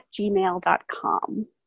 gmail.com